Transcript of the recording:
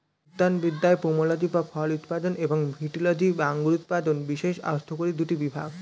উদ্যানবিদ্যায় পোমোলজি বা ফল উৎপাদন এবং ভিটিলজি বা আঙুর উৎপাদন বিশেষ অর্থকরী দুটি বিভাগ